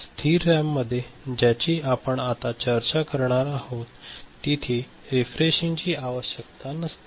स्थिर रॅममध्ये ज्याची आपण आता चर्चा करणार आहोत तिथे रीफ्रेशिंग ची आवश्यकता नसते